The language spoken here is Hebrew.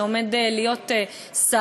שעומד להיות שר,